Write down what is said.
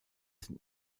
sind